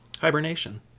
hibernation